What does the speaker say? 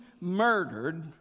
murdered